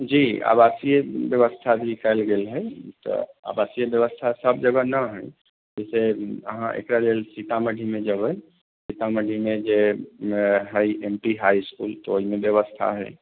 जी आवासीय व्यवस्था भी कएल गेल है तऽ आवासीय व्यवस्था सब जगह न है जाहि से अहाँ एकरा लेल सीतामढ़ीमे जेबै सीतामढ़ीमे जे है एम पी हाइ इसकुल ओहिमे व्यवस्था है